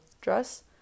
dress